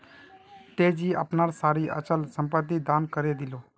तेजी अपनार सारी अचल संपत्ति दान करे दिले